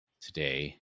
today